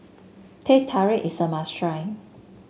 Teh Tarik is a must try